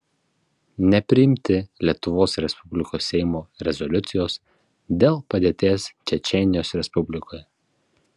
nepriimti lietuvos respublikos seimo rezoliucijos dėl padėties čečėnijos respublikoje